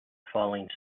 falling